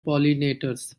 pollinators